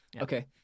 Okay